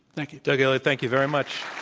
thank you. doug elliott, thank you very much.